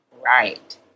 right